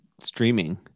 streaming